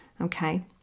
okay